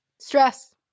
stress